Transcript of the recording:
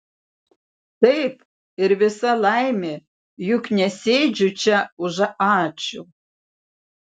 taip ir visa laimė juk nesėdžiu čia už ačiū